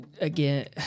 again